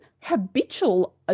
habitual